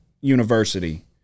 university